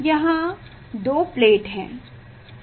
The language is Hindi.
यहाँ दो प्लेट है